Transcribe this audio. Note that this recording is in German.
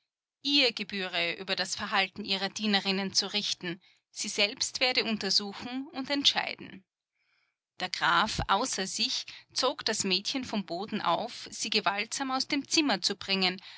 ihr gebühre über das verhalten ihrer dienerinnen zu richten sie selbst werde untersuchen und entscheiden der graf außer sich zog das mädchen vom boden auf sie gewaltsam aus dem zimmer zu bringen